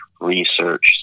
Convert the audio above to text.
research